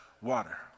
water